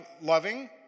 loving